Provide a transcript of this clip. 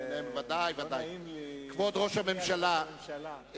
כבוד ראש הממשלה,